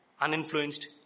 uninfluenced